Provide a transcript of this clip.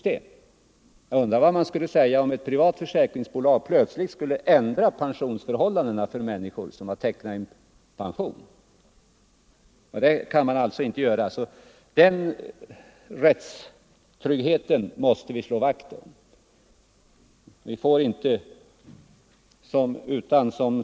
Jag undrar vad man skulle säga, om ett privat försäkringsbolag plötsligt skulle ändra pensionsförhållandena för människor som har tecknat en pensionsförsäkring. Den här rättstryggheten måste vi alltså slå vakt om.